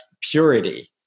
purity